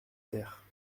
terre